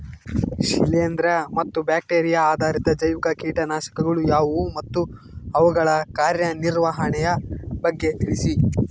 ಶಿಲೇಂದ್ರ ಮತ್ತು ಬ್ಯಾಕ್ಟಿರಿಯಾ ಆಧಾರಿತ ಜೈವಿಕ ಕೇಟನಾಶಕಗಳು ಯಾವುವು ಮತ್ತು ಅವುಗಳ ಕಾರ್ಯನಿರ್ವಹಣೆಯ ಬಗ್ಗೆ ತಿಳಿಸಿ?